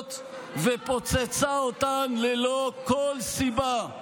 מהשיחות ופוצצה אותן ללא כל סיבה.